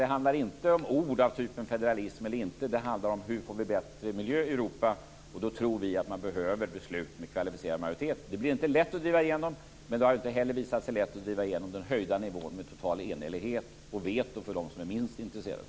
Det handlar inte om ord av typen federalism, utan det handlar om hur vi får bättre miljö i Europa. Då tror vi att man behöver beslut med kvalificerad majoritet. Det blir inte lätt att driva igenom det, men det har inte heller visat sig lätt att driva igenom den höjda nivån med total enhällighet och veto för dem som är minst intresserade.